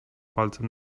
palcem